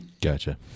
Gotcha